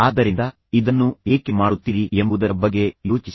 ಆದ್ದರಿಂದ ನೀವು ಮಾಡುವ ವಿಧಾನ ಮತ್ತು ನೀವು ಇದನ್ನು ಏಕೆ ಮಾಡುತ್ತೀರಿ ಎಂಬುದರ ಬಗ್ಗೆ ಯೋಚಿಸಿ